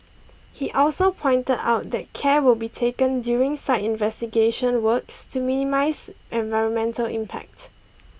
he also pointed out that care will be taken during site investigation works to minimise environmental impact